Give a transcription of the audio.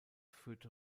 führte